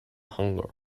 hunger